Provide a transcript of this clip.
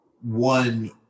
one